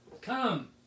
Come